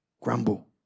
grumble